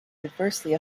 adversely